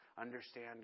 Understand